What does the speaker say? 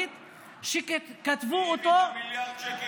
עכשיו, לא, עכשיו, הקמתי ועדה מיוחדת.